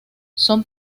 son